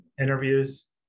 interviews